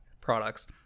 products